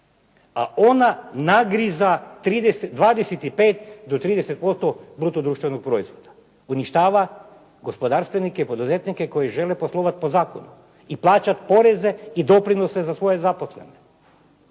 a ona nagriza 25 do 30% bruto društvenog proizvoda. Uništava gospodarstvenike, poduzetnike koji žele poslovati po zakonu i plaćati poreze i doprinose za svoje zaposlene.